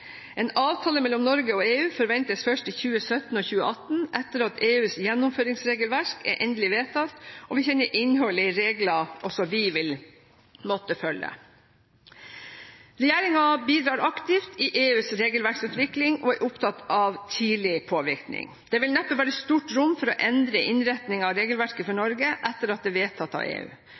En avtale mellom Norge og EU forventes først i 2017/2018 etter at EUs gjennomføringsregelverk er endelig vedtatt og vi kjenner innholdet i regler også vi vil måtte følge. Regjeringen bidrar aktivt i EUs regelverksutvikling, og er opptatt av tidlig påvirkning. Det vil neppe være stort rom for å endre innretningen av regelverket for Norge etter at det er vedtatt av EU.